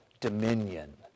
dominion